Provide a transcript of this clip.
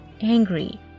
angry